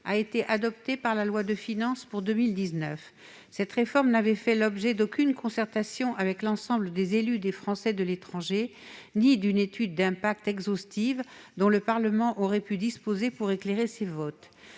a été votée dans la loi de finances pour 2019. Cette réforme n'avait fait l'objet d'aucune concertation avec l'ensemble des élus des Français de l'étranger ni d'une étude d'impact exhaustive, dont le Parlement aurait pu disposer pour éclairer ses votes.